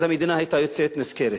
אז המדינה היתה יוצאת נשכרת.